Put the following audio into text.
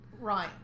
Right